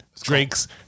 Drake's